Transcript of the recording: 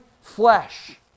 flesh